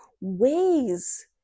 ways